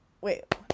Wait